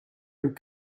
een